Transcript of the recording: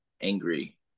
angry